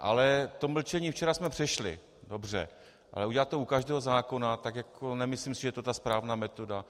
Ale to mlčení včera jsme přešli, dobře, ale udělat to u každého zákona, tak si nemyslím, že je to ta správná metoda.